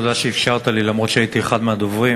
תודה שאפשרת לי למרות העובדה שהייתי אחד מהדוברים.